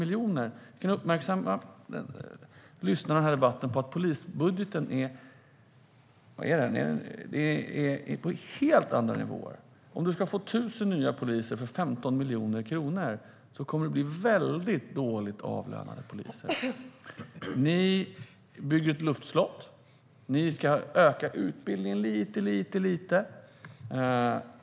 Den uppmärksamma lyssnaren av debatten vet nog att polisbudgeten ligger på helt andra nivåer. Om man ska få 1 000 nya poliser för 15 miljoner kronor kommer det att bli väldigt dåligt avlönade poliser. Ni bygger ett luftslott. Ni ska öka utbildningen lite.